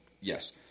Yes